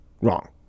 wrong